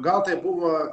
gal tai buvo